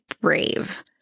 brave